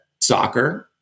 soccer